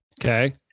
Okay